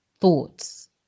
thoughts